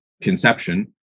conception